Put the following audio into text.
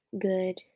good